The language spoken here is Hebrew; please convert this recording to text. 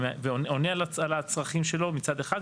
עונה על הצרכים שלו מצד אחד,